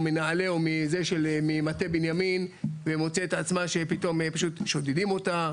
מנעלה או ממטה בנימין ומוצאת את עצמה שפתאום פשוט שודדים אותה,